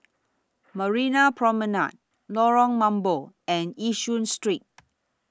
Marina Promenade Lorong Mambong and Yishun Street